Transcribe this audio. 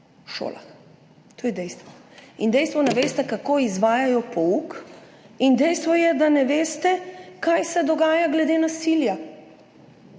šolah. To je dejstvo. In dejstvo, da ne veste, kako izvajajo pouk. In dejstvo je, da ne veste, kaj se dogaja glede nasilja.